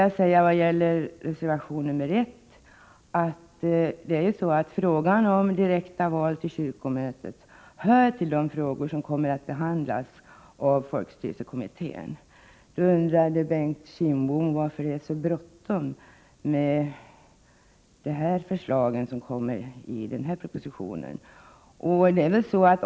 När det gäller reservation 1 vill jag säga till Bengt Kindbom att frågan om direkta val till kyrkomötet hör till de frågor som kommer att behandlas av folkstyrelsekommittén. Bengt Kindbom undrade varför det är så bråttom med förslagen i denna proposition.